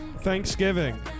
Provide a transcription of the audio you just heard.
Thanksgiving